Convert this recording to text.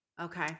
Okay